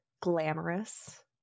glamorous